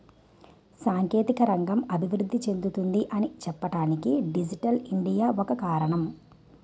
సాంకేతిక రంగం అభివృద్ధి చెందుతుంది అని చెప్పడానికి డిజిటల్ ఇండియా ఒక కారణం